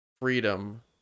freedom